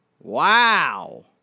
Wow